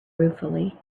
ruefully